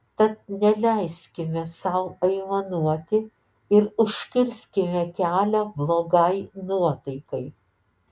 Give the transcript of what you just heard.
tad neleiskime sau aimanuoti ir užkirskime kelią blogai nuotaikai